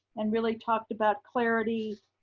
and really talked about clarity,